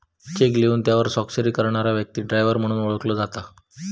check लिहून त्यावर स्वाक्षरी करणारा व्यक्ती ड्रॉवर म्हणून ओळखलो जाता